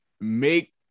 Make